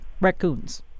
raccoons